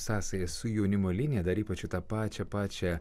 sąsajas su jaunimo linija dar ypač tą pačią pačią